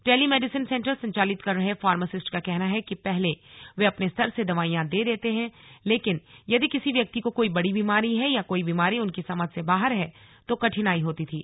tele medicine centre संचालित कर रहे फार्मेसिस्ट का कहना है कि पहले वे अपने स्तर से दवाइयां दे देते हैं लेकिन यदि किसी व्यक्ति को कोई बड़ी बीमारी है या कोई बीमारी उनकी समझ से बाहर है तो कठिनाई होती थी